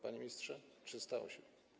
Panie ministrze, 308.